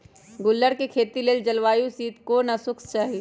गुल्लर कें खेती लेल जलवायु शीतोष्ण आ शुष्क चाहि